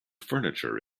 furniture